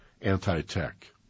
anti-tech